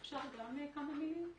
ממש בקצרה.